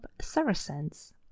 Saracens